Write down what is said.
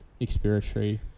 expiratory